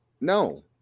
No